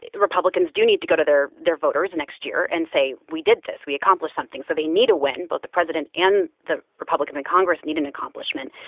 republicans do need to go to their their voters next year and say, we did this. we accomplished something. so they need a win. both the president and the republicans in congress need an accomplishment.